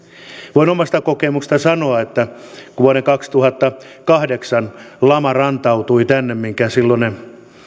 voin omasta kokemuksesta sanoa että kun vuoden kaksituhattakahdeksan lama rantautui tänne mihin silloinen